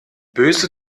böse